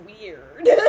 weird